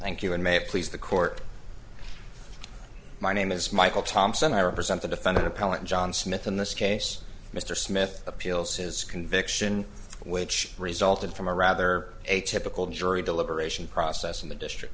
thank you and may it please the court my name is michael thompson i represent the defendant appellant john smith in this case mr smith appeals his conviction which resulted from a rather a typical jury deliberation process in the district